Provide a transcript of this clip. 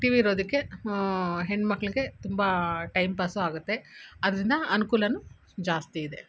T V ಇರೋದಕ್ಕೆ ಹೆಣ್ಮಕ್ಕಳಿಗೆ ತುಂಬ ಟೈಮ್ ಪಾಸು ಆಗುತ್ತೆ ಅದರಿಂದ ಅನುಕೂಲ ಜಾಸ್ತಿ ಇದೆ